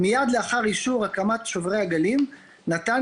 מייד לאחר אישור הקמת שוברי הגלים נתניה